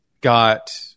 got